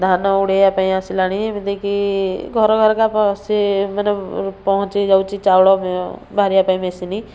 ଧାନ ଉଡ଼ାଇବା ପାଇଁ ଆସିଲାଣି ଏମିତିକି ଘର ଘରକା ପଶି ମାନେ ପହଞ୍ଚି ଯାଉଛି ଚାଉଳ ମାରିବା ପାଇଁ ମେସିନ୍